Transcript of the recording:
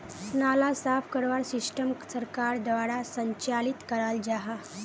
नाला साफ करवार सिस्टम सरकार द्वारा संचालित कराल जहा?